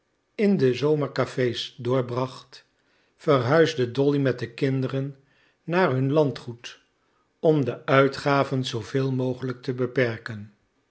in do zomercafé's doorbracht verhuisde dolly met de kinderen naar hun landgoed om de uitgaven zooveel mogelijk te beperken